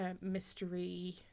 mystery